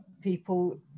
people